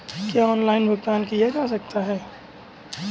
क्या ऑनलाइन भुगतान किया जा सकता है?